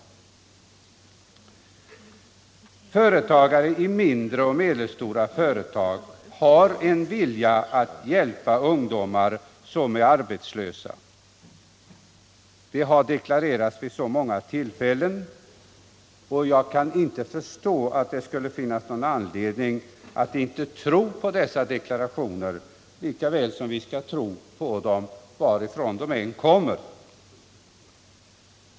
Företagare i mindre och medelstora företag har en vilja att hjälpa ungdomar som är arbetslösa. Det har deklarerats vid många tillfällen. Jag kan inte förstå att det skulle finnas någon anledning att inte tro på dessa deklarationer lika väl som vi skall tro på motsvarande deklarationer, när de kommer från ansvarigt håll.